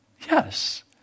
Yes